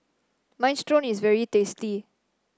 minestrone is very tasty